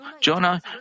Jonah